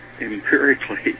empirically